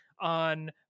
on